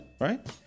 right